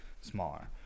smaller